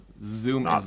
Zoom